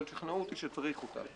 אבל שכנעו אותי שצריך אותם.